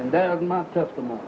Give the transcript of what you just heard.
and then my testimony